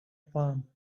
palm